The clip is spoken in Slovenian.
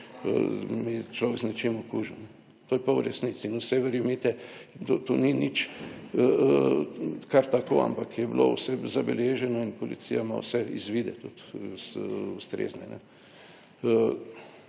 človek z nečim okužil. To je pa v resnici in vse, verjemite in tudi to ni nič kar tako, ampak je bilo vse zabeleženo in policija ima vse izvide tudi ustrezne.